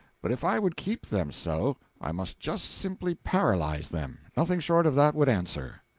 but if i would keep them so i must just simply paralyze them nothing short of that would answer.